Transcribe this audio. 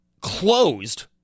closed